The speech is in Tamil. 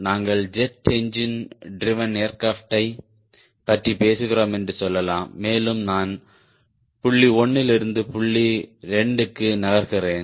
நாங்கள் ஜெட் என்ஜின் ட்ரிவேன் ஏர்கிராப்ட்டை பற்றி பேசுகிறோம் என்று சொல்லலாம் மேலும் நான் புள்ளி 1 இலிருந்து புள்ளி 2 க்கு நகர்கிறேன்